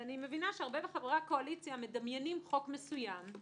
ואני מבינה שהרבה מחברי הקואליציה מדמיינים חוק מסוים.